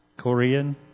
Korean